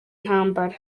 ntambara